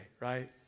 right